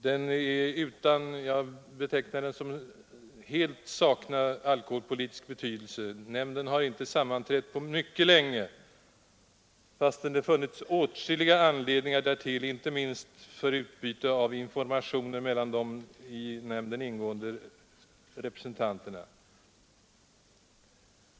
Den saknar för närvarande varje alkoholpolitisk betydelse. Nämnden har inte sammanträtt på mycket länge, fastän det funnits åtskilliga anledningar därtill, inte minst utbyte av information mellan de i nämnden ingående representanterna för olika intressen på detta område.